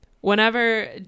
whenever